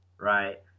right